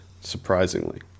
Surprisingly